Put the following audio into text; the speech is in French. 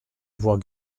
voie